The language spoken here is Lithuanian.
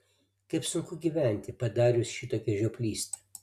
kaip sunku gyventi padarius šitokią žioplystę